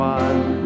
one